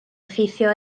effeithio